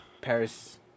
Paris